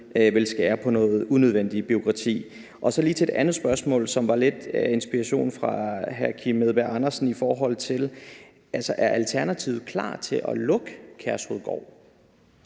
ville skære ned på noget unødvendigt bureaukrati. Så lige til et andet spørgsmål, som er lidt inspireret af hr. Kim Edberg Andersen: Er Alternativet klar til at lukke Kærshovedgård?